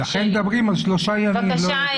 לכן מדובר על שלושה ימים, לא יותר.